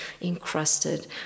encrusted